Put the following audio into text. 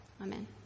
Amen